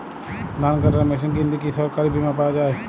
ধান কাটার মেশিন কিনতে কি সরকারী বিমা পাওয়া যায়?